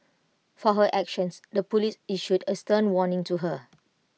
for her actions the Police issued A stern warning to her